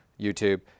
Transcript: YouTube